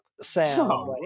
sound